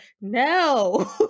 No